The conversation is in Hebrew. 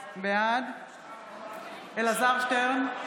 בעד אלעזר שטרן,